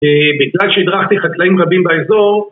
בגלל שהדרכתי חקלאים רבים באזור